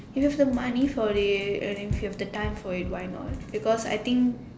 if you have a money for it and you have the time for it why not because I think